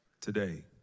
Today